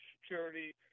security